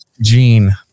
Gene